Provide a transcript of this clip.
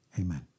amen